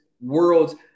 world's